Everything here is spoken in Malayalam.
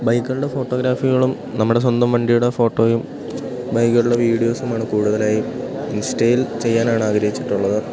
ബൈക്കുകളുടെ ഫോട്ടോഗ്രാഫികളും നമ്മുടെ സ്വന്തം വണ്ടിയുടെ ഫോട്ടോയും ബൈക്കുകളുടെ വീഡിയോസുമാണ് കൂടുതലായും ഇൻസ്റ്റയിൽ ചെയ്യാനാണാഗ്രഹിച്ചിട്ടുള്ളത്